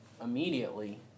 immediately